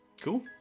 Cool